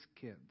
kids